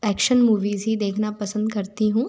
action movies ही देखना पसंद करती हूँ